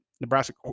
Nebraska